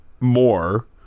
more